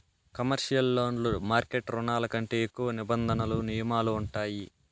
commercial లోన్లు market రుణాల కంటే ఎక్కువ నిబంధనలు నియమాలు ఉంటాయి